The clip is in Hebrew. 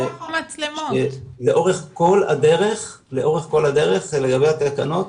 לאורך כל הדרך אלו היו תקנות,